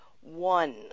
one